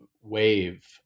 wave